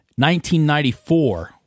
1994